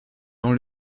dans